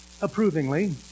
approvingly